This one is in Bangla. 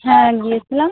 হ্যাঁ গিয়েছিলাম